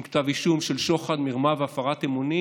כתב אישום של שוחד מרמה והפרת אמונים.